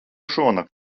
šonakt